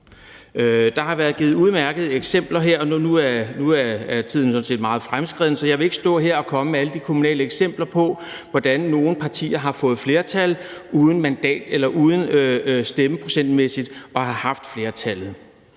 Der har været givet udmærkede eksempler her, og nu er tiden sådan set meget fremskreden, så jeg vil ikke stå her og komme med alle de kommunale eksempler på, hvordan nogle partier har fået flertal uden stemmeprocentmæssigt at have haft flertallet.